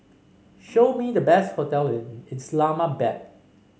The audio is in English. show me the best hotel in Islamabad